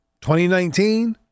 2019